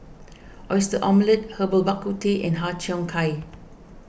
Oyster Omelette Herbal Bak Ku Teh and Har Cheong Gai